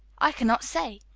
i cannot say.